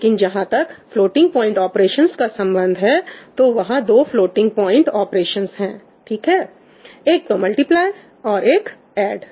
लेकिन जहां तक फ्लोटिंग प्वाइंट ऑपरेशंस का संबंध है तो वहां दो फ्लोटिंग प्वाइंट ऑपरेशंस है ठीक है एक तो मल्टीप्लाई और एक ऐड